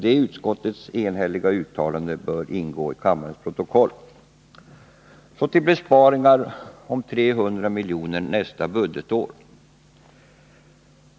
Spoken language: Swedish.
Detta utskottets enhälliga uttalande bör ingå i kammarens protokoll. Så till besparingarna på 300 milj.kr. nästa budgetår.